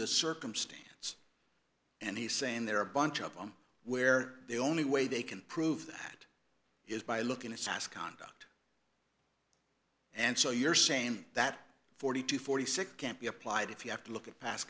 the circumstance and he's saying there are a bunch of them where the only way they can prove it is by looking at sas conduct and so you're saying that forty to forty six can't be applied if you have to look at pas